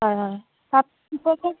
হয় হয় তাত